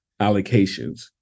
allocations